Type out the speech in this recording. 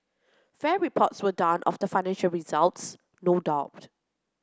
fair reports were done of the financial results no doubt